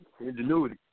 Ingenuity